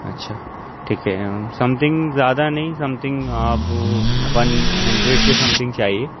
اچھا ٹھیک ہے سم تھنگ زیادہ نہیں سم تھنگ آپ ون ہنڈریڈ کے سم تھنگ چاہیے